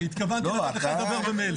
התכוונתי לתת לך לדבר ממילא.